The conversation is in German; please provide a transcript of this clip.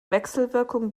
wechselwirkung